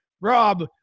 Rob